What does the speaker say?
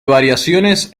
variaciones